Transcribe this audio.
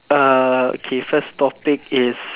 uh okay first topic is